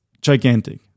gigantic